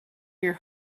your